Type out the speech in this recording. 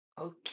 Okay